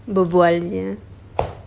berbual jer